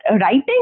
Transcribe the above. writing